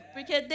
Porque